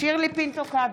שירלי פינטו קדוש,